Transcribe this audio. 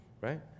right